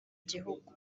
gihugu